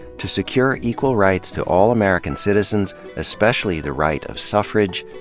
to secure equal rights to all american citizens, especially the right of suffrage,